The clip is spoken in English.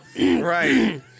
right